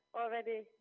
Already